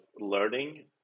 learning